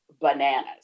bananas